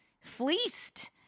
fleeced